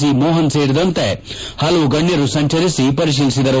C Mohan ಸೇರಿದಂತೆ ಹಲವು ಗಣ್ಯರು ಸಂಚರಿಸಿ ಪರಿತೀಲಿಸಿದರು